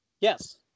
Yes